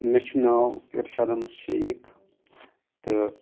مےٚ چھُ ناو ارشاد احمد شیخ تہٕ